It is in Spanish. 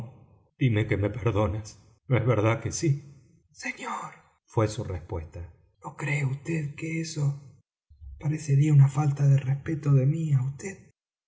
dime que me perdonas no es verdad que si señor fué su respuesta no crée vd que eso parecería una falta de respeto de mí á